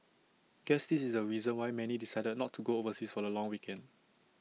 guess is the reason why many decided not to go overseas for the long weekend